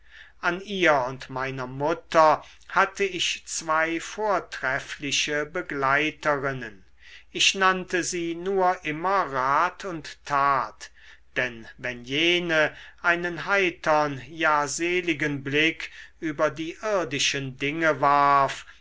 an ihr und meiner mutter hatte ich zwei vortreffliche begleiterinnen ich nannte sie nur immer rat und tat denn wenn jene einen heitern ja seligen blick über die irdischen dinge warf